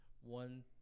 one